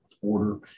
order